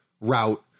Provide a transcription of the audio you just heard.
Route